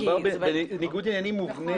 מדובר בניגוד עניינים מובנה.